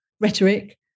rhetoric